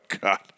God